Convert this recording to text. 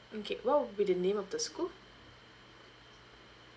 okay what will be the name of the school